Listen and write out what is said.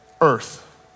Earth